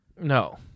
no